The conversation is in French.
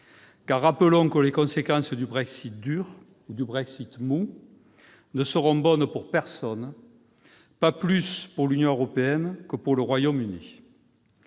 ! Rappelons que les conséquences d'un Brexit dur ou d'un Brexit mou ne seront bonnes pour personne, pas plus pour l'Union européenne que pour le Royaume-Uni.